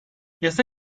yasa